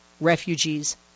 refugees